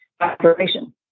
operation